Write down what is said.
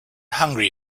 hungry